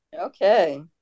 Okay